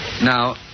Now